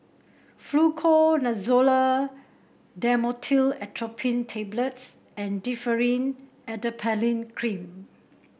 Fluconazole Dhamotil Atropine Tablets and Differin Adapalene Cream